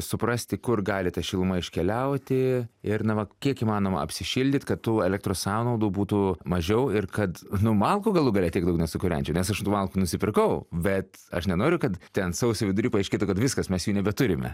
suprasti kur gali ta šiluma iškeliauti ir name kiek įmanoma apsišildyti kad tų elektros sąnaudų būtų mažiau ir kad nu malkų galų gale tiek daug nesukurenčiau nes aš tų malkų nusipirkau bet aš nenoriu kad ten sausio vidury paaiškėtų kad viskas mes jų nebeturime